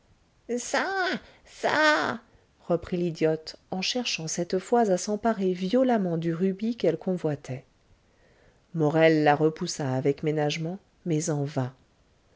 ça ça reprit l'idiote en cherchant cette fois à s'emparer violemment du rubis qu'elle convoitait morel la repoussa avec ménagement mais en vain